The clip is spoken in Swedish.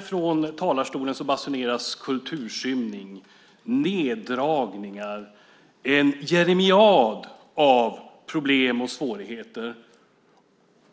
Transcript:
Från talarstolen här basuneras kulturskymning och neddragningar ut - en jeremiad av problem och svårigheter.